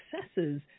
successes